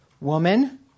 woman